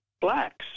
blacks